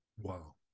Wow